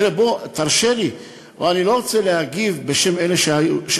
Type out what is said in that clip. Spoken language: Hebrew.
בוא, תרשה לי, אני לא רוצה להגיב בשם קודמי,